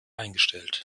eingestellt